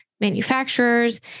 manufacturers